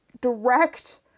direct